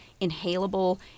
inhalable